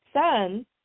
son